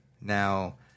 Now